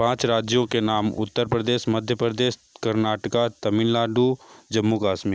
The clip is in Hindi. पाँच राज्यों के नाम उत्तर प्रदेश मध्य प्रदेश कर्नाटक तमिलनाडु जम्मू कश्मीर